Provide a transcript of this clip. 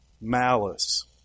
malice